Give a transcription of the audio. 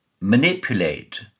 manipulate